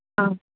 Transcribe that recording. ஆ